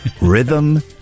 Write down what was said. Rhythm